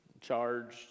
Charged